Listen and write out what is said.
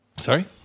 Sorry